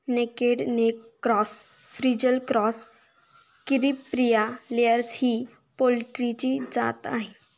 naked neck cross, frizzle cross, Caripriya layers ही पोल्ट्रीची जात आहे